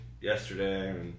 yesterday